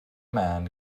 man